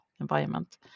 environment